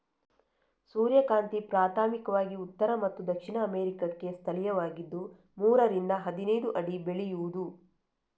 ಸೂರ್ಯಕಾಂತಿ ಪ್ರಾಥಮಿಕವಾಗಿ ಉತ್ತರ ಮತ್ತು ದಕ್ಷಿಣ ಅಮೇರಿಕಾಕ್ಕೆ ಸ್ಥಳೀಯವಾಗಿದ್ದು ಮೂರರಿಂದ ಹದಿನೈದು ಅಡಿ ಬೆಳೆಯುವುದು